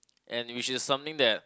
and which is something that